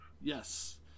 Yes